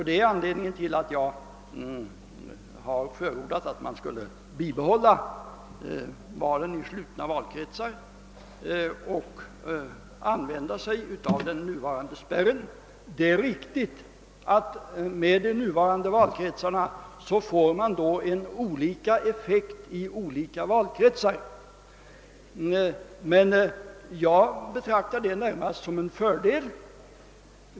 Det är anledningen till att jag förordat att man skulle bibehålla systemet mad val i slutna valkretsar och an vända den nu tillämpade spärren. Det är riktigt att man med de nuvarande valkretsarna då får olika effekt i olika valkretsar, men det betraktar jag närmast som en fördel.